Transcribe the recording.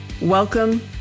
Welcome